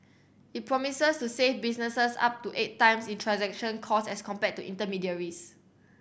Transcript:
it promises to save businesses up to eight times in transaction costs as compared to intermediaries